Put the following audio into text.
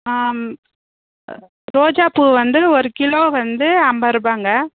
ஆ ரோஜாப்பூ வந்து ஒரு கிலோ வந்து ஐம்பது ரூபாய்ங்க